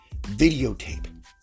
videotape